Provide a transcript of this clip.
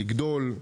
לגדול,